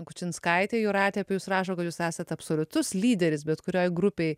kučinskaitė jūratė apie jus rašo kad jūs esat absoliutus lyderis bet kurioj grupėj